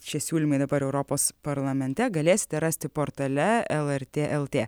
šie siūlymai dabar europos parlamente galėsite rasti portale lrt lt